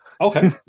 Okay